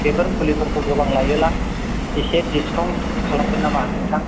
बेफोर फुलिफोरखौ गोबां लायोब्ला इसे दिसखाउन्ट खालामगोन नामा नोंथां